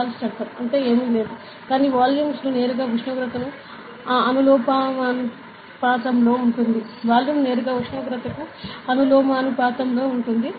Charles చట్టం అంటే ఏమి లేదు కానీ వాల్యూమ్ నేరుగా ఉష్ణోగ్రతకు అనులోమానుపాతంలో ఉంటుంది వాల్యూమ్ నేరుగా ఉష్ణోగ్రతకు అనులోమానుపాతంలో ఉంటుంది